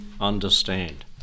understand